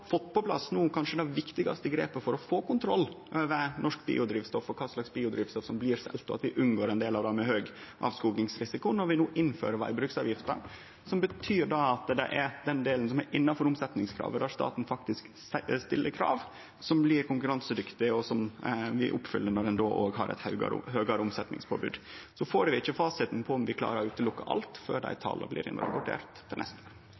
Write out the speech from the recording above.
fått på plass kanskje det viktigaste grepet for å få kontroll over norsk biodrivstoff og kva slags biodrivstoff som blir selt, og vi unngår ein del av det med høg avskogingsrisiko når vi no innfører vegbruksavgifta, som betyr at det er den delen som er innanfor omsetningskravet der staten faktisk stiller krav, som blir konkurransedyktig, og som vi oppfyller når ein òg har eit høgare omsetningspåbod. Så får vi ikkje fasiten på om vi klarer å utelukke alt før dei tala blir rapporterte inn til neste